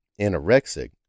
Anorexic